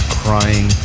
crying